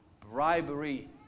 bribery